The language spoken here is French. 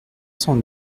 cent